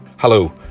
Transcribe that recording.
Hello